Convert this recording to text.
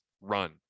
run